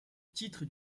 titre